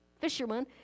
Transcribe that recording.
fisherman